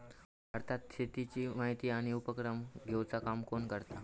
भारतात शेतीची माहिती आणि उपक्रम घेवचा काम कोण करता?